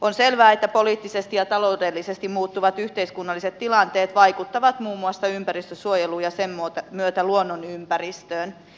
on selvää että poliittisesti ja taloudellisesti muuttuvat yhteiskunnalliset tilanteet vaikuttavat muun muassa ympäristönsuojeluun ja sen myötä luonnonympäristöön